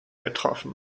getroffen